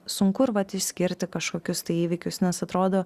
sunku ir vat išskirti kažkokius įvykius nes atrodo